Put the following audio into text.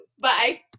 Bye